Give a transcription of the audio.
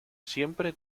siempre